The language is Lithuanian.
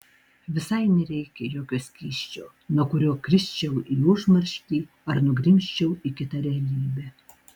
visai nereikia jokio skysčio nuo kurio krisčiau į užmarštį ar nugrimzčiau į kitą realybę